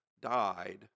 died